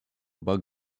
bug